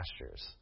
pastures